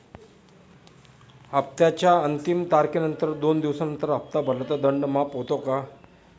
हप्त्याच्या अंतिम तारखेनंतर दोन दिवसानंतर हप्ता भरला तर दंड माफ होतो का?